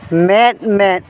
ᱢᱮᱫ ᱢᱮᱫ